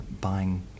buying